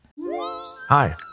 Hi